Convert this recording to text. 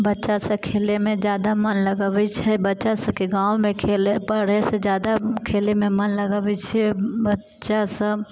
बच्चा सब खेलयमे जादा मन लगाबैत छै बच्चा सबके गाँवमे खेलय पढ़य से जादा खेलयमे मन लगबैत छै बच्चा सब